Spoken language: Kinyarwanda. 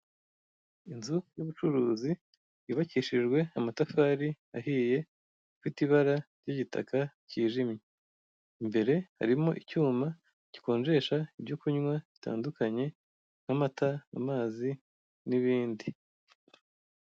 Inzu y'ubucuruzi yubakishijwe amatafari ahiye afite ibara ry'igitaka kijimye, imbere harimo icyuma gikonjesha ibyo kunywa bitandukanye nk'amata, amazi n'ibindi.